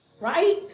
right